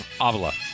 Avila